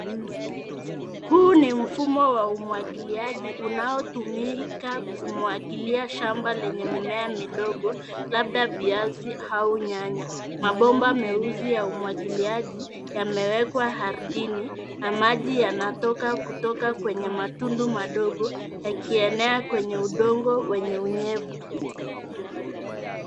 Huu ni mfumo wa umwagiliaji unaotumika kumwagilia shamba lenye mimea midogo labda viazi au nyanya. Mabomba meusi ya umwagiliaji yamewekwa ardhini na maji yanatoka kutoka kwenye matundu madogo, yakienea kwenye udongo wenye unyevu.